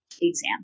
exam